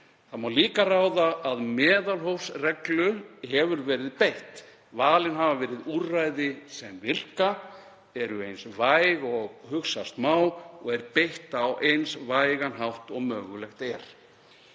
má líka ráða að meðalhófsreglu hafi verið beitt, að valin hafi verið úrræði sem virka, eru eins væg og hugsast má og þeim verið beitt á eins vægan hátt og mögulegt er.